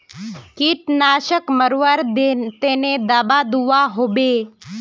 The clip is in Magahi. कीटनाशक मरवार तने दाबा दुआहोबे?